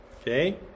Okay